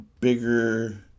bigger